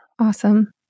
Awesome